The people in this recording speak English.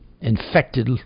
infected